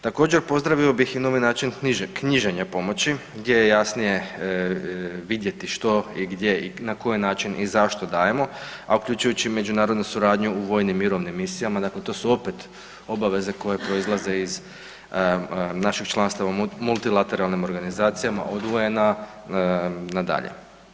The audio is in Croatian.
Također pozdravio bih i novi način knjiženja pomoći, gdje je jasnije vidjeti što i gdje i na koji način i zašto dajemo, a uključujući i međunarodnu suradnju u vojnim mirovnim misijama dakle to su opet obaveze koje proizlaze iz našeg članstva u multilateralnim organizacijama od UN-a na dalje.